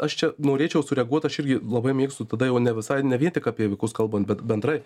aš čia norėčiau sureaguot aš irgi labai mėgstu tada jau ne visai ne vien tik apie vaikus kalbant bet bendrai